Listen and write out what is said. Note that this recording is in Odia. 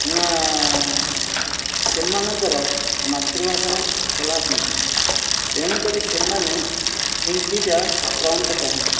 ନା ସେମାନଙ୍କର ମାତୃଭାଷା ହେଲା ହିନ୍ଦୀ ଏଣୁ କରି ସେମାନେ ହିନ୍ଦୀଟା ପ୍ରମ୍ପ୍ଟ କହନ୍ତି